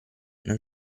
nel